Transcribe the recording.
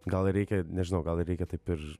gal ir reikia nežinau gal ir reikia taip ir